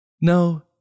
No